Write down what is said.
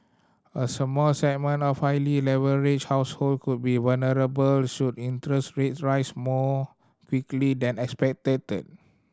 a small segment of highly leveraged household could be vulnerable should interest rates rise more quickly than expected